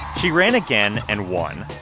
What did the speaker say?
she ran again and won.